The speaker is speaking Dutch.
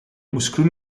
moeskroen